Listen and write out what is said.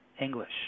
English